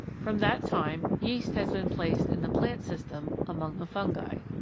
from that time yeast has been placed in the plant system among the fungi.